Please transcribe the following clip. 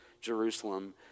Jerusalem